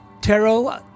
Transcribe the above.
tarot